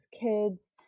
kids